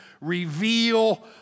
reveal